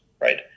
right